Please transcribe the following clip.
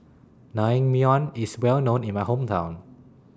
Naengmyeon IS Well known in My Hometown